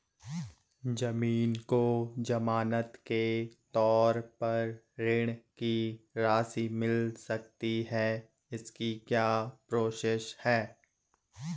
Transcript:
ज़मीन को ज़मानत के तौर पर ऋण की राशि मिल सकती है इसकी क्या प्रोसेस है?